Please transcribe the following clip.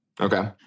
Okay